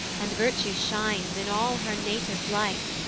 and virtue shines in all her native light,